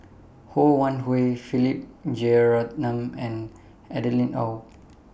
Ho Wan Hui Philip Jeyaretnam and Adeline Ooi